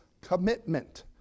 commitment